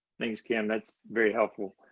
thanks, kim, that's very helpful.